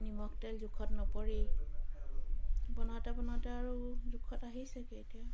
নিমখ তেল জোখত নপৰেই বনাওঁতে বনাওঁতে আৰু জোখত আহিছেগৈ এতিয়া